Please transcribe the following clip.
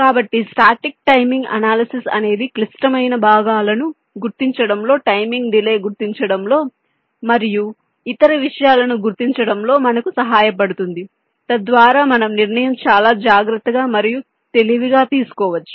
కాబట్టి static timing analysis అనేది క్లిష్టమైన భాగాలను గుర్తించడంలో టైమింగ్ డిలే గుర్తించడంలో మరియు ఇతర విషయాలను గుర్తించడంలో మనకు సహాయపడుతుంది తద్వారా మనం నిర్ణయం చాలా జాగ్రత్త గా మరియు తెలివిగా తీసుకోవచ్చు